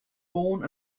born